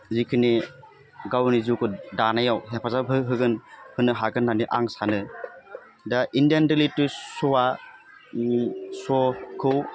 जिखिनि गावनि जिउखौ दानायाव हेफाजाब हो होगोन होनो हागोन होन्नानै आं सानो दा इण्डियान रियेलिटि श'आ श'खौ